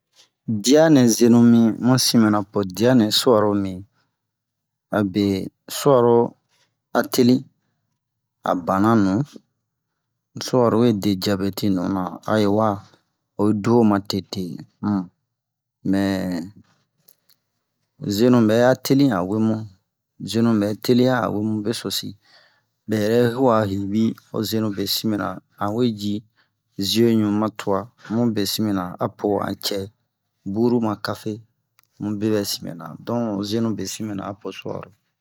diya nɛ zenu min mu sin mena po dia nɛ su'aro min abe su'aro a teli a banna nu su'aro we de diabɛti nuna a oyi wa oyi du ho matete um mɛ zenu bɛ a teli a we mu zenu bɛ teliya a wemu besosi me yɛrɛ huwa hinbi ho zenu besinn mɛna an we ji ziyo ɲu ma tuwa mu besin mɛna apo an cɛ buru ma café mu bebɛsinna donc zenu besin mɛna apo su'aro